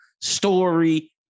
story